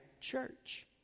church